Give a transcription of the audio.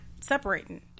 separating